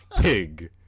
Pig